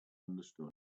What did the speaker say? understood